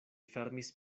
fermis